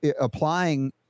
applying